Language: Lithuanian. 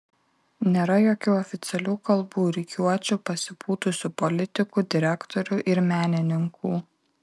nėra jokių oficialių kalbų rikiuočių pasipūtusių politikų direktorių ir menininkų